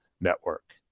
Network